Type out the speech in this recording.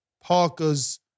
Parker's